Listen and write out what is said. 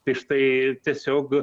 tai štai tiesiog